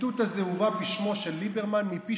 הציטוט הזה הובא בשמו של ליברמן מפי